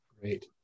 Great